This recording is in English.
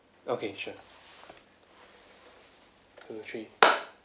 okay sure two three